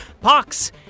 Pox